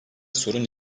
sorun